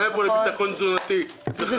דווקא לביטחון תזונתי אין את הכסף.